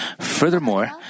Furthermore